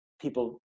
people